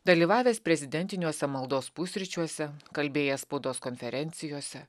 dalyvavęs prezidentiniuose maldos pusryčiuose kalbėjęs spaudos konferencijose